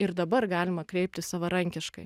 ir dabar galima kreiptis savarankiškai